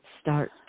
start